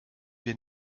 wir